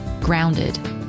grounded